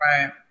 Right